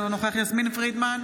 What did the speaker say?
אינו נוכח יסמין פרידמן,